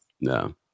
No